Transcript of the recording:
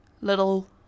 little